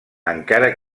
encara